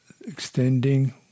extending